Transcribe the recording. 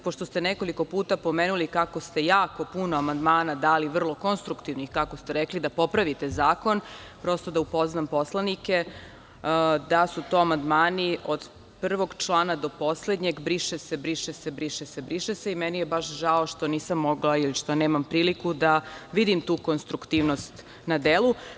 Pošto ste nekoliko puta pomenuli kako ste jako puno amandmana dali vrlo konstruktivnih, kako ste rekli, da popravite zakon, prosto, da upoznam poslanike da su to amandmani od 1. člana do poslednjeg - briše se, briše se, briše se i meni je baš žao što nisam mogla i što nemam priliku da vidim tu konstruktivnost na delu.